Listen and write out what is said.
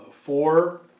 four